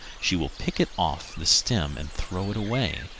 she will pick it off the stem and throw it away,